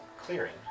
clearing